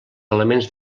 elements